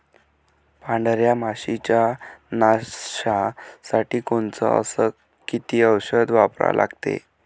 पांढऱ्या माशी च्या नाशा साठी कोनचं अस किती औषध वापरा लागते?